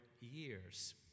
years